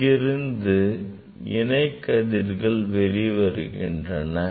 இங்கிருந்து இணை கதிர்கள் வெளிவருகின்றன